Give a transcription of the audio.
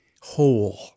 whole